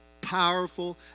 powerful